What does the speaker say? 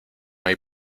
hay